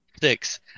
six